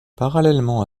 parallèlement